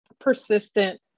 persistent